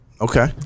Okay